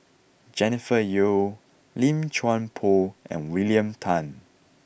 Jennifer Yeo Lim Chuan Poh and William Tan